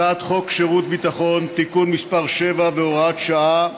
את הצעת חוק שירות ביטחון (תיקון מס' 7 והוראת שעה)